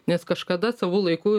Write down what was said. nes kažkada savu laiku